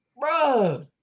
bro